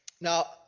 Now